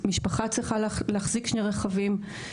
משפחה צריכה להחזיק שני רכבים.